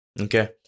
Okay